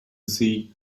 see